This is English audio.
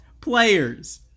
players